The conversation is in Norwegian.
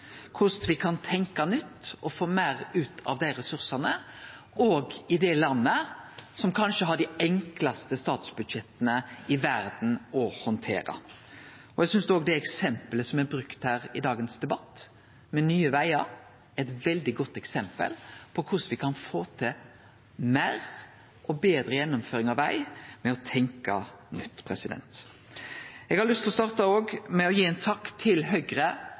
korleis me kan få til ei fornying, korleis me kan tenkje nytt og få meir ut av dei ressursane òg i det landet som kanskje har dei enklaste statsbudsjetta i verda å handtere. Eg synest også at eksemplet med Nye Veier som er brukt her i dagens debatt, er eit godt eksempel på korleis me kan få til meir og betre gjennomføring av vei ved å tenkje nytt. Eg vil òg gi ein takk til Høgre,